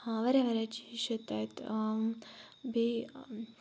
ہاں واریاہ واریاہ چیٖز چھِ تَتہِ بیٚیہِ